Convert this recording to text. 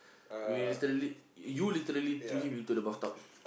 we literally you literally threw him into the bathtub